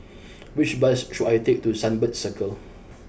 which bus should I take to Sunbird Circle